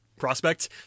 prospect